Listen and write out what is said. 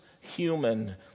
human